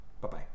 Bye-bye